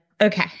okay